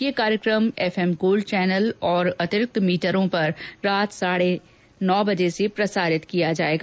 यह कार्यक्रम F M gold channel और अतिरिक्त मीटरों पर रात साढ़े नौ बजे से प्रसारित किया जायेगा